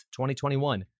2021